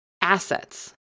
assets